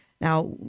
Now